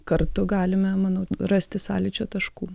kartu galime manau rasti sąlyčio taškų